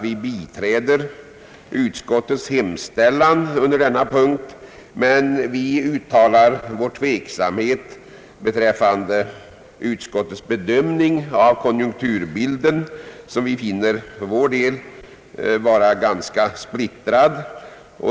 Vi biträder utskottets hemställan under denna punkt men uttalar vår tveksam av konjunkturbilden, som vi finner vara ganska splittrad.